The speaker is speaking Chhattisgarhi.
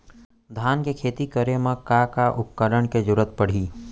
धान के खेती करे मा का का उपकरण के जरूरत पड़हि?